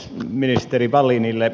ministeri wallinille